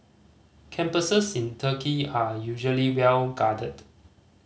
campuses in Turkey are usually well guarded